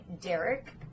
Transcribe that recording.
Derek